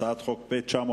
הצעת חוק פ/905,